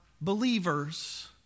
believers